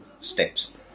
steps